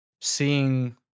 seeing